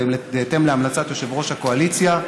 בהתאם להמלצת יושב-ראש הקואליציה,